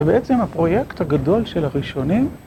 ובעצם הפרויקט הגדול של הראשונים